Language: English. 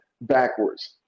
backwards